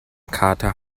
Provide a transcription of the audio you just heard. kater